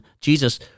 Jesus